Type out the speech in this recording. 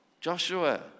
Joshua